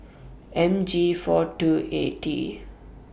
M G four two A T